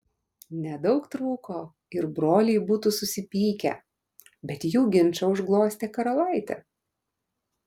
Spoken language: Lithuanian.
nedaug trūko ir broliai būtų susipykę bet jų ginčą užglostė karalaitė